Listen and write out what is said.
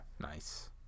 Nice